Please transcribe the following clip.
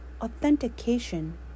authentication